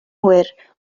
hwyr